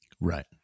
Right